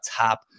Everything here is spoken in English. top